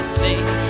sing